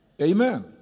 Amen